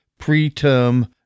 preterm